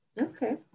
Okay